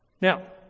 Now